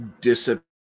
disappear